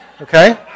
Okay